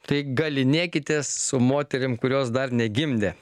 tai galynėkitės su moterim kurios dar negimdė